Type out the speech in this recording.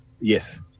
Yes